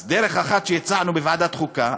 אז דרך אחת שהצענו בוועדת החוקה,